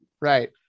Right